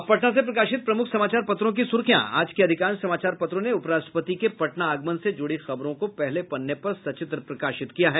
अब पटना से प्रकाशित प्रमुख समाचार पत्रों की सुर्खियां आज के अधिकांश समाचार पत्रों ने उपराष्ट्रपति के पटना आगमन से जुड़ी खबरों को पहले पन्ने पर सचित्र प्रकाशित किया है